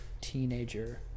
teenager